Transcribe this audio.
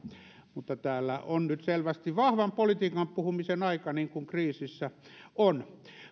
mutta täällä on nyt selvästi vahvan politiikan puhumisen aika niin kuin kriisissä on